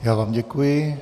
Já vám děkuji.